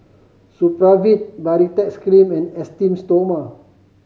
Supravit Baritex Cream and Esteem Stoma